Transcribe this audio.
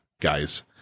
guys